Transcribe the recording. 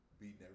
beating